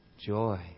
joy